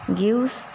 gives